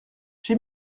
j’ai